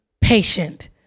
patient